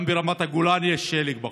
גם ברמת הגולן יש שלג בחורף.